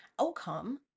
outcome